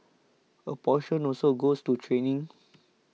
a portion also goes to training